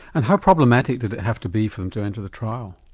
and how problematic did it have to be for them to enter the trial?